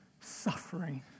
Suffering